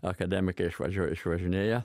akademikai išvažiuoja išvažinėja